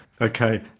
Okay